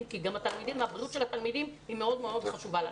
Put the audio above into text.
כי הבריאות של התלמידים מאוד מאוד חשובה לנו.